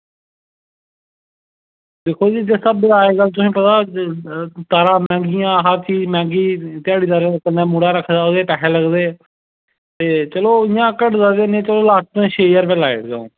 दिक्खो जी जिस स्हाबै दा अज्जकल तुसेंगी पता तांरां मैंह्गियां हर चीज़ मैंह्गी ध्याड़ीदार कन्नै मुढ़ा रक्खे दा ओह्दे पैहे लगदे